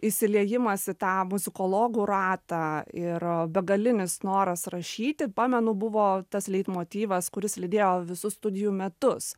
įsiliejimas į tą muzikologų ratą ir begalinis noras rašyti pamenu buvo tas leitmotyvas kuris lydėjo visus studijų metus